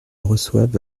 reçoive